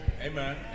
Amen